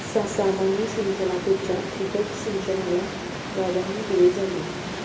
सामान्य सिंचनापेक्षा ठिबक सिंचनाला प्राधान्य दिले जाते